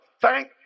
thank